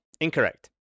Incorrect